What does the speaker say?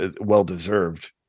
well-deserved